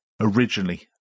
Originally